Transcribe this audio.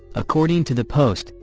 according to the post,